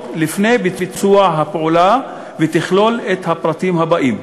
לפני ביצוע הפעולה ותכלול את הפרטים הבאים: